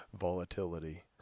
Volatility